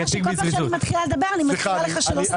אני מבינה שבכל פעם שאני מתחילה לדבר אני מזכירה לך שלא סיימת.